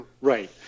Right